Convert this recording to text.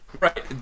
right